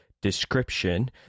description